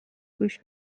گوش